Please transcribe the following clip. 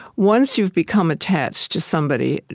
once you've become attached to somebody,